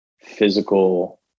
physical